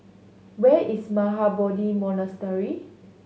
where is Mahabodhi Monastery